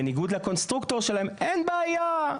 בניגוד לקונסטרוקטור שלהם שאין בעיה,